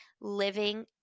living